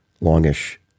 longish